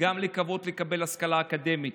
גם לקוות לקבל השכלה אקדמית,